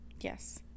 Yes